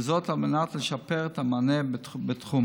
וזאת על מנת לשפר את המענה בתחום.